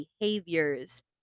behaviors